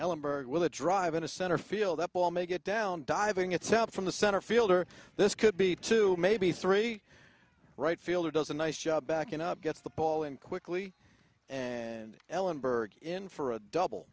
ellenberg with a drive in a center field that ball may get down diving it's out from the center fielder this could be two maybe three right fielder does a nice job backing up gets the ball in quickly and ellenberg in for a double